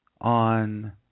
on